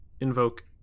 invoke